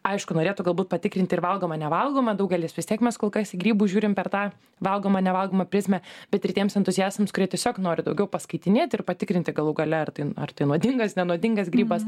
aišku norėtų galbūt patikrinti ir valgoma nevalgoma daugelis vis tiek mes kol kas į grybus žiūrim per tą valgoma nevalgoma prizmę bet ir tiems entuziastams kurie tiesiog nori daugiau paskaitinėti ir patikrinti galų gale ar tai ar tai nuodingas nenuodingas grybas